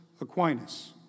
Aquinas